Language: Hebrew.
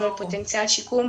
והפוטנציאל שיקום.